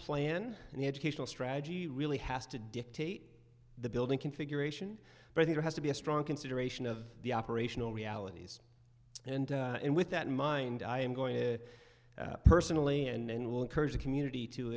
plan and the educational strategy really has to dictate the building configuration but i think it has to be a strong consideration of the operational realities and and with that in mind i am going to personally and will encourage the community